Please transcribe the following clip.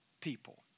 people